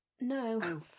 No